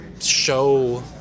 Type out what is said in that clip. show